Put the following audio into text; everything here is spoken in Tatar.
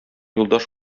юлдаш